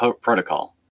protocol